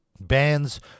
bands